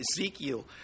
Ezekiel